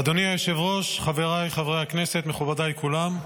אדוני היושב-ראש, חבריי חברי הכנסת, מכובדיי כולם,